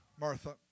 Martha